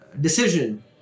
decision